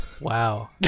wow